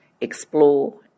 explore